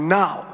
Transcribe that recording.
now